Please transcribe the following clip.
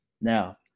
Now